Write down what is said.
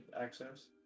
access